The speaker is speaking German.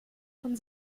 von